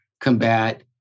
combat